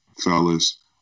fellas